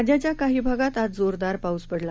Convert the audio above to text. राज्याच्याकाहीभागातआजजोरदारपाऊसपडला